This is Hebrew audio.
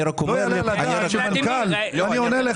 אני רק אומר --- אני עונה לך.